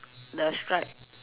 the stripe